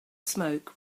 smoke